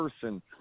person